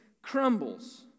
Crumbles